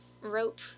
rope